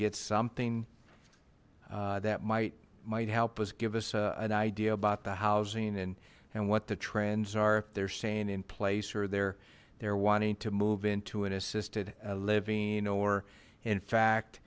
get something that might might help us give us an idea about the housing and and what the trends are if they're saying in place or there they're wanting to move into an assisted living or in fact